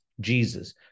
Jesus